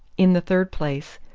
in the third place,